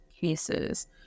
cases